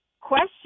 Question